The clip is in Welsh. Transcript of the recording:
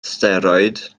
steroid